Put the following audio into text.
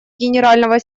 генерального